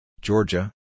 Georgia